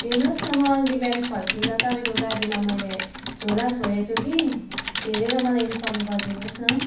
हेर्नुहोस् न म अघि बिहान फर्किँदा तपाईँको गाडिमा मैले झोला छोडेछु कि हेरेर मलाई इन्फर्म गरि दिनुहोस् न